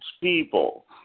people